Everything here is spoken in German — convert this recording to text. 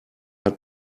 hat